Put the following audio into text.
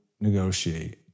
negotiate